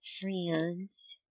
friends